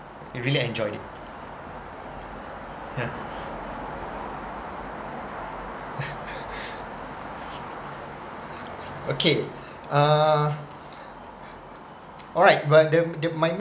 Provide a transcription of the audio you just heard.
really enjoyed it okay uh alright but the the my